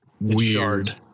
Weird